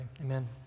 amen